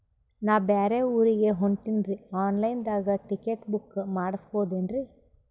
ನಾ ಬ್ಯಾರೆ ಊರಿಗೆ ಹೊಂಟಿನ್ರಿ ಆನ್ ಲೈನ್ ದಾಗ ಟಿಕೆಟ ಬುಕ್ಕ ಮಾಡಸ್ಬೋದೇನ್ರಿ?